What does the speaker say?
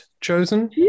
chosen